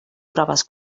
proves